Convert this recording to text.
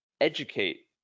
educate